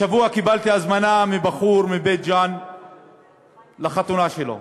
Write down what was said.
השבוע קיבלתי הזמנה מבחור מבית-ג'ן לחתונה שלו.